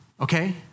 Okay